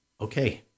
okay